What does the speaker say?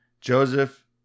Joseph